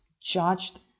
judged